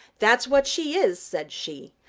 that's what she is, said she.